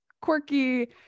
quirky